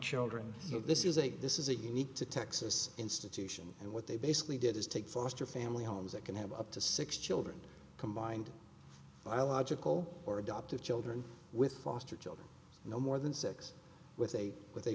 children this is a this is a you need to texas institution and what they basically did is take foster family homes that can have up to six children combined i logical or adoptive children with foster children no more than six with a with a